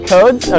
Codes